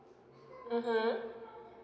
mmhmm